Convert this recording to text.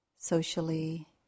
socially